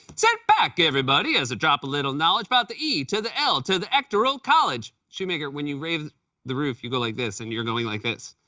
sit back, everybody, as i drop, a little knowledge about the e to the l to the ectoral college shoemaker, when you raise the roof, you go like this, and you're going like this.